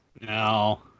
no